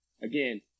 again